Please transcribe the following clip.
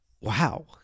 wow